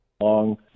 Long